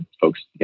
folks